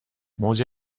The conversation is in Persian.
موج